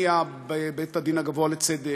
בית-הדין הגבוה לצדק,